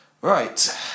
Right